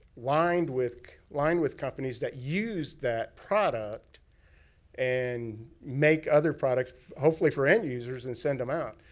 lined with lined with companies that use that product and make other products hopefully for end users and send them out.